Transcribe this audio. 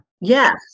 Yes